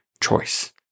choice